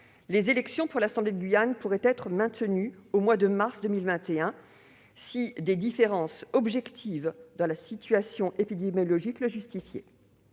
les élections pour l'assemblée de Guyane pourraient être maintenues au mois de mars 2021 si des différences objectives dans la situation épidémiologique le justifiaient.